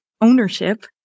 ownership